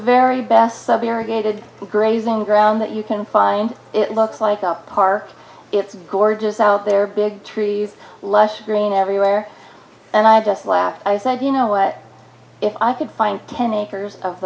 very best of irrigated grazing ground that you can find it looks like a park it's gorgeous out there big trees lush green everywhere and i just laughed i said you know what if i could find ten acres of